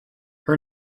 her